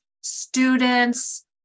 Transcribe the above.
students